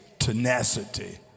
tenacity